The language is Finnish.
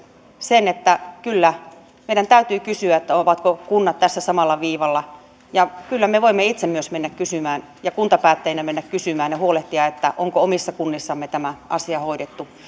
sen että kyllä meidän täytyy kysyä ovatko kunnat tässä samalla viivalla ja kyllä me voimme myös itse mennä kysymään ja kuntapäättäjinä mennä kysymään ja huolehtia siitä onko omissa kunnissamme tämä asia hoidettu